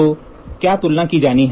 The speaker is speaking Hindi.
तो क्या तुलना की जानी है